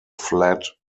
flat